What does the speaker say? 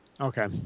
Okay